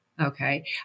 okay